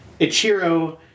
Ichiro